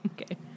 okay